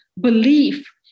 belief